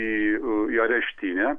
į u į areštinę